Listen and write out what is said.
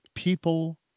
People